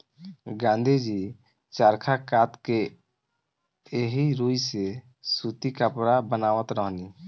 गाँधी जी चरखा कात के एही रुई से सूती कपड़ा बनावत रहनी